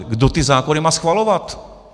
Kdo ty zákony má schvalovat?